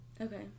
Okay